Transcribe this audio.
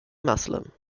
muslim